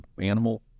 animal